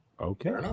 Okay